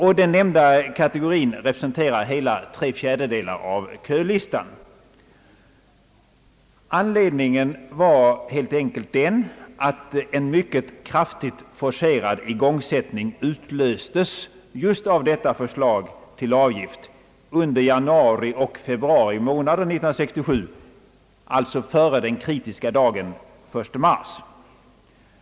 Den nämnda kategorin representerar hela tre fjärdedelar av kölistan. Anledningen var helt enkelt att en mycket kraftigt forcerad igångsättning utlöstes under jaunari och februari 1967, alltså före den kritiska dagen 1 mars. Det skedde givetvis just på grund av förslaget till investeringsavgift.